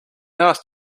asked